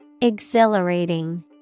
Exhilarating